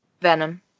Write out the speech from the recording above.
Venom